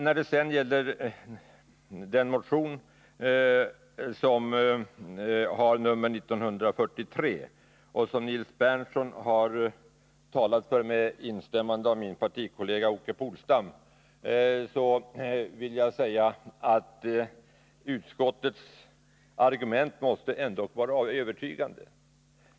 När det gäller motion 1943, som Nils Berndtson talat för med instämmande av min partikollega Åke Polstam, vill jag säga att utskottets argument ändå måste vara övertygande.